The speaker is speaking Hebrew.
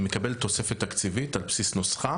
מקבלת תוספת תקציבית על בסיס נוסחה,